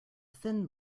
thin